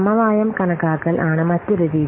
സമവായം കണക്കാക്കൽ ആണ് മറ്റൊരു രീതി